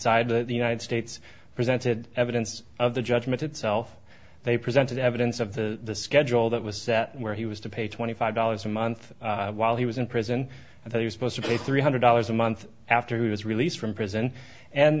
side the united states presented evidence of the judgment itself they presented evidence of the schedule that was where he was to pay twenty five dollars a month while he was in prison and they were supposed to pay three hundred dollars a month after he was released from prison and